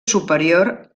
superior